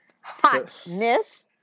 Hotness